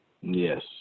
Yes